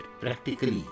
practically